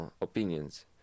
opinions